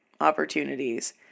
opportunities